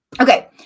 Okay